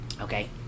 okay